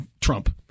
Trump